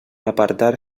apartar